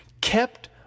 kept